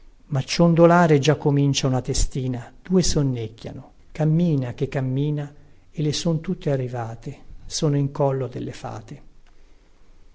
ma ciondolare già comincia una testina due sonnecchiano cammina che cammina e le son tutte arrivate sono in collo delle fate